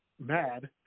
mad